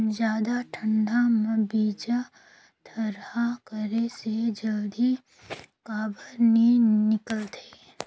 जादा ठंडा म बीजा थरहा करे से जल्दी काबर नी निकलथे?